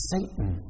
Satan